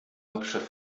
hauptstadt